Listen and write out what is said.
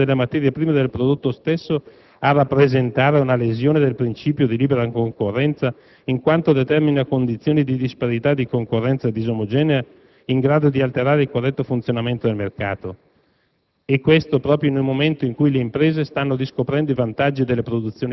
E ancora, è proprio il divieto di esplicitare sulla confezione dei prodotti l'origine delle materie prime del prodotto stesso a rappresentare una lesione del principio di libera concorrenza, in quanto determina condizioni di disparità e di concorrenza disomogenea in grado di alterare il corretto funzionamento del mercato.